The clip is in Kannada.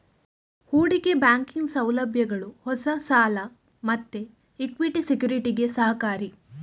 ಹೂಡಿಕೆ ಬ್ಯಾಂಕಿಂಗ್ ಸೌಲಭ್ಯಗಳು ಹೊಸ ಸಾಲ ಮತ್ತೆ ಇಕ್ವಿಟಿ ಸೆಕ್ಯುರಿಟಿಗೆ ಸಹಕಾರಿ